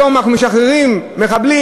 היום אנחנו משחררים מחבלים,